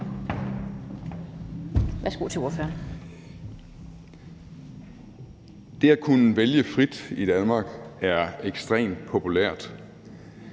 Birk Olesen (LA): Det at kunne vælge frit i Danmark er ekstremt populært.